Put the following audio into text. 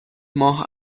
ماه